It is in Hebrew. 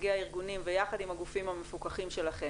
נציגי הארגונים ויחד עם הגופים המפוקחים שלכם,